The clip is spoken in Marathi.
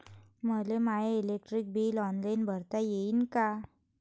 मले माय इलेक्ट्रिक बिल ऑनलाईन भरता येईन का?